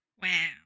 Wow